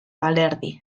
balerdi